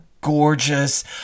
gorgeous